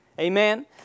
Amen